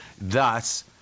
Thus